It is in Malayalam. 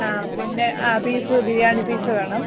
ആ പിന്നെ ആ പീസ് ബിരിയാണി പീസ് വേണം